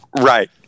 Right